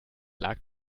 lag